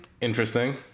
interesting